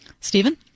Stephen